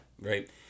right